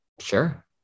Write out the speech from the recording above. Sure